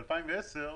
ב-2010,